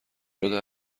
شده